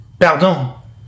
Pardon